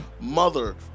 Mother